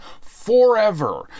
forever